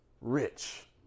rich